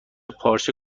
پارچه